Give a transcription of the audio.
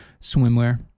swimwear